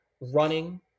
running